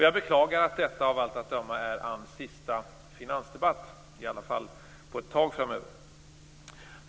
Jag beklagar att detta av allt att döma är Annes sista finansdebatt, i alla fall för ett tag framöver.